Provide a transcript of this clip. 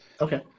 Okay